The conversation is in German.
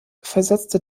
versetzte